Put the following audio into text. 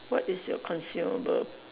what is your consumable